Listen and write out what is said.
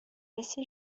مثل